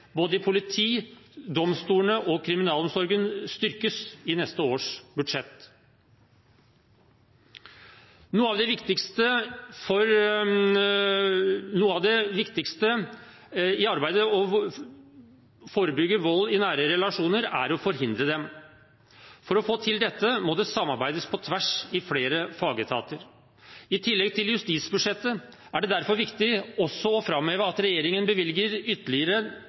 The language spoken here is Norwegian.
Både politiet, domstolene og kriminalomsorgen styrkes i neste års budsjett. Noe av det viktigste er arbeidet for å forebygge vold i nære relasjoner – for å forhindre den. For å få til dette må det samarbeides på tvers i flere fagetater. I tillegg til justisbudsjettet er det derfor viktig også å framheve at regjeringen bevilger ytterligere